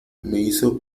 hizo